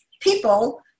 people